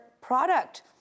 product